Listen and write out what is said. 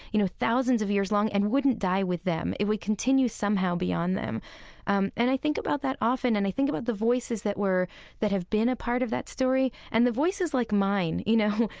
you know, thousands of years long and wouldn't die with them. it would continue, somehow, beyond them um and i think about that often, and i think about the voices that were that have been a part of that story. and the voices like mine, you know,